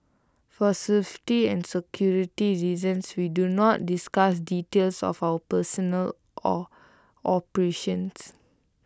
for safety and security reasons we do not discuss details of our personnel or operations